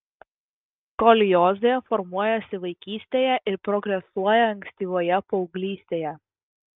skoliozė formuojasi vaikystėje ir progresuoja ankstyvoje paauglystėje